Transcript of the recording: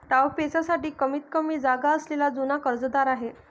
डावपेचांसाठी कमीतकमी जागा असलेला जुना कर्जदार आहे